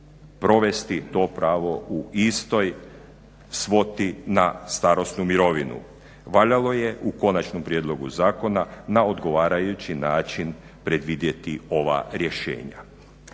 provesti to pravo u istoj svoti na starosnu mirovinu. Valjalo je u konačnom prijedlogu zakona na odgovarajući način predvidjeti ova rješenja.